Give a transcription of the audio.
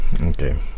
okay